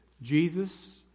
Jesus